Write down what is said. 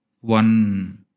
One